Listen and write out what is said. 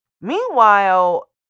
Meanwhile